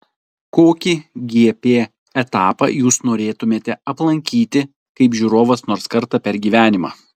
kokį gp etapą jūs norėtumėte aplankyti kaip žiūrovas nors kartą per gyvenimą